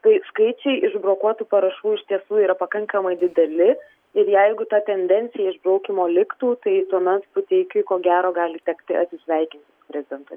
tai skaičiai išbrokuotų parašų iš tiesų yra pakankamai dideli ir jeigu ta tendencija išbraukymo liktų tai tuomet puteikiui ko gero gali tekti atsisveikinti su prezidento